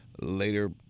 later